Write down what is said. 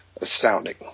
astounding